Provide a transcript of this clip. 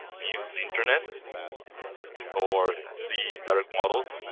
use internet nor see direct models.